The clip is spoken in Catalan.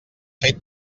fet